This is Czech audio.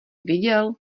viděl